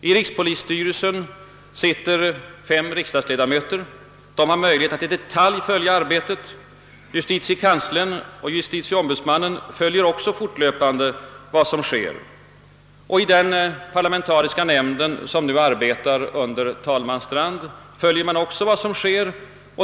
I rikspolisstyrelsen sitter fem riksdagsledamöter. De har möjlighet att i detalj följa arbetet. Justitiekanslern och justitieombudsmannen följer också fortlöpande vad som sker, och i den parlamentariska nämnd som nu arbetar under talman Strand följer man också vad som sker.